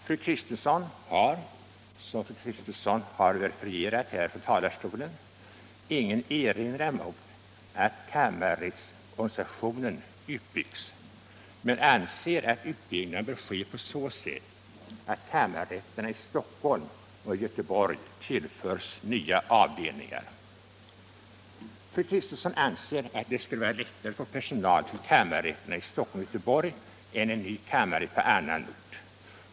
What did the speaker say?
Fru Kris Fredagen den tensson har, som hon har verifierat från denna talarstol, ingen erinran 7 maj 1976 mot att kammarrättsorganisationen utbyggs men anser att utbyggnaden I bör ske på så sätt att kammarrätterna i Stockholm och Göteborg tillförs Kammarrättsorganya avdelningar. Fru Kristensson anser att det skulle vara lättare att = nisationen få personal till kammarrätterna i Stockholm och Göteborg än till en ny kammarrätt på annan ort.